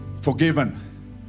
Forgiven